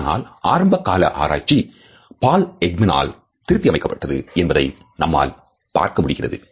ஆனால் ஆரம்ப கால ஆராய்ச்சி Paul Ekman ஆல் திருத்தி அமைக்கப்பட்டது என்பதை நம்மால் பார்க்க முடிகிறது